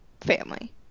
family